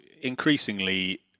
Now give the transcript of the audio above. increasingly